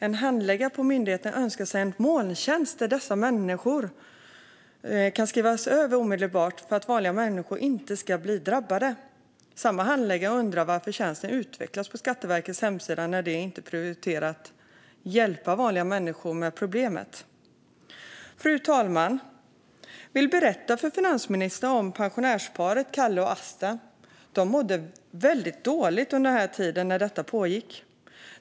En handläggare på myndigheten önskar sig en molntjänst där dessa människor omedelbart kan skrivas över så att vanliga människor inte ska drabbas. Samma handläggare undrar varför tjänsten har utvecklats på Skatteverkets hemsida när det inte är prioriterat att hjälpa vanliga människor med problemet. Fru talman! Jag vill berätta för finansministern att pensionärsparet Kalle och Asta mådde väldigt dåligt under den tid då det här pågick.